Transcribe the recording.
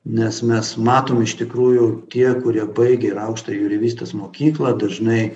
nes mes matom iš tikrųjų tie kurie baigė ir aukštą jūreivystės mokyklą dažnai